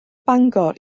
bangor